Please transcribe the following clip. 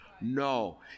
No